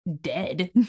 dead